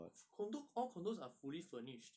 of cour~ condo all condos are fully furnished